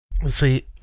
See